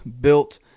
built